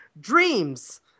dreams